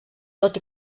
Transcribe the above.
tot